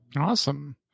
Awesome